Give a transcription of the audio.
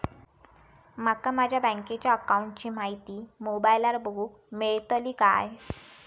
माका माझ्या बँकेच्या अकाऊंटची माहिती मोबाईलार बगुक मेळतली काय?